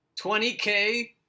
20K